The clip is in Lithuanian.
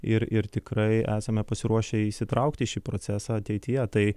ir ir tikrai esame pasiruošę įsitraukti į šį procesą ateityje tai